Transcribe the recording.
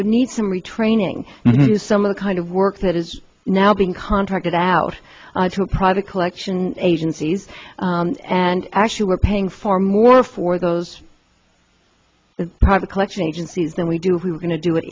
would need some retraining some of the kind of work that is now being contracted out to a private collection agencies and actually we're paying far more for those the private collection agencies than we do who are going to do it